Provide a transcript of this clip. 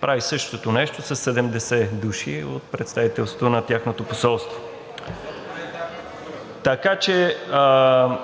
прави същото нещо със 70 души от представителството на тяхното посолство. (Реплики от ИТН и ГЕРБ-СДС.)